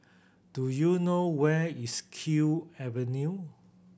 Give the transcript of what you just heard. do you know where is Kew Avenue